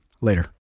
Later